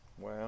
Wow